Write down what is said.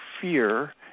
fear